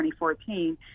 2014